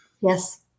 Yes